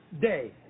day